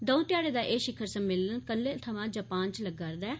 दौं ध्याड़ें दा एह् शिखर सम्मेलन कल्लै थमां जपान च लग्गा'रदा ऐ